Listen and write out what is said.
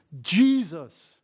Jesus